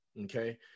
Okay